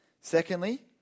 Secondly